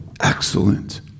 Excellent